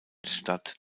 stadt